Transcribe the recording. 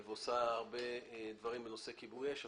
ועושה הרבה דברים בנושא כיבוי אש,